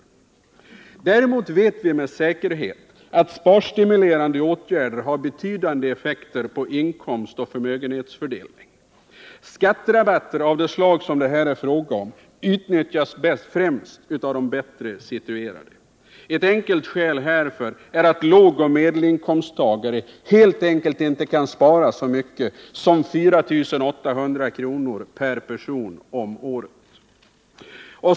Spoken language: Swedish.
Med säkerhet vet vi emellertid att sparstimulerande åtgärder har betydande effekter på inkomstoch förmögenhetsfördelning, Skatterabatter av det slag som det här är fråga om utnyttjas främst av de bättre situerade. Ett enkelt skäl härför är att lågoch medelinkomsttagare helt enkelt inte kan spara så mycket som 4 800 per person om året.